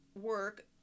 work